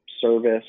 service